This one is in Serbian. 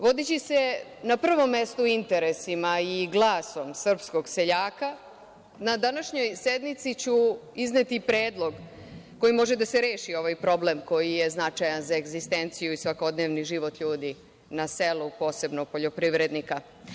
Vodeći se na prvom mestu interesima i glasom srpskog seljaka, na današnjoj sednici ću izneti predlog kojim može da se reši ovaj problem koji je značajan za egzistenciju i svakodnevni život ljudi na selu, a posebno poljoprivrednika.